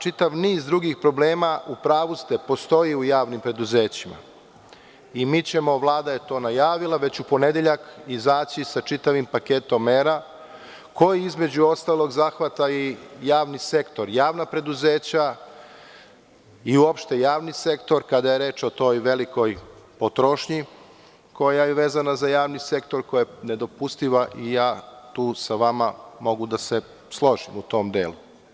Čitav niz drugih problema, u pravu ste, postoje u javnim preduzećima i mi ćemo, Vlada je to najavila, već u ponedeljak izaći sa čitavim paketom mera koji, između ostalog, zahvata i javni sektor, javna preduzeća i uopšte javni sektor, kada je reč o toj velikoj potrošnji koja je vezana za javni sektor, koja je nedopustiva i ja tu sa vama mogu da se složim, u tom delu.